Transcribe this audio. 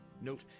Note